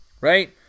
right